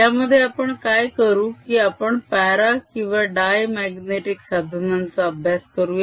यामध्ये आपण काय करू की आपण प्यारा डाय माग्नेटीक साधनांचा अभ्यास करूया